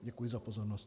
Děkuji za pozornost.